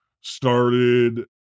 started